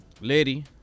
Lady